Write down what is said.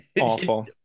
Awful